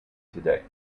today